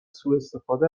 سوءاستفاده